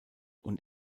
und